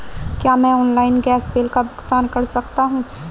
क्या मैं online gas bill का भुगतान कर सकता हूँ?